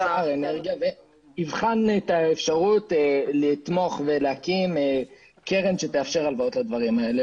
--- תבחן את האפשרות לתמוך ולהקים קרן שתאפשר הלוואות לדברים האלה,